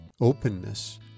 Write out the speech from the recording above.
openness